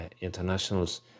internationals